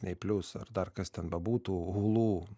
nei plius ar dar kas ten bebūtų hulu